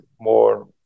more